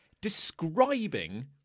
describing